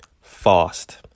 fast